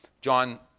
John